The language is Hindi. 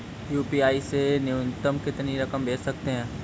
यू.पी.आई से न्यूनतम कितनी रकम भेज सकते हैं?